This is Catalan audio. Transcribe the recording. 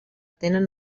tenen